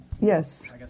Yes